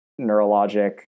neurologic